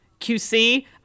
qc